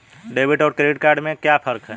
Debit और credit में क्या फर्क है?